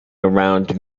around